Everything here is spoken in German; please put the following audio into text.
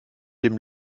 dem